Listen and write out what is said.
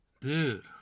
dude